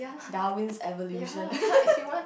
Darwin's evolution